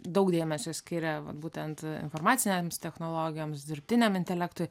daug dėmesio skiria būtent informacinėms technologijoms dirbtiniam intelektui